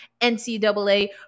NCAA